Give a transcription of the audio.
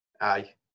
aye